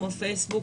כמו פייסבוק,